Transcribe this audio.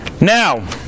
Now